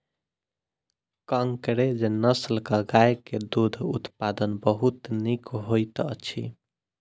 कंकरेज नस्लक गाय के दूध उत्पादन बहुत नीक होइत अछि